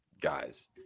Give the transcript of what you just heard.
guys